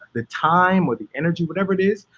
the time or the energy, whatever it is,